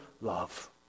love